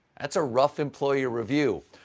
that's a rough employee review.